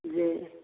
जी